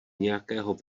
nějakého